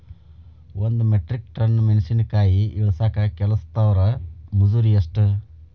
ಒಂದ್ metric ton ಮೆಣಸಿನಕಾಯಿ ಇಳಸಾಕ್ ಕೆಲಸ್ದವರ ಮಜೂರಿ ಎಷ್ಟ?